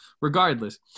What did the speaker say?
Regardless